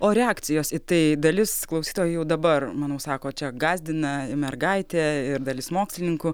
o reakcijos į tai dalis klausytojų jau dabar manau sako čia gąsdina mergaitė ir dalis mokslininkų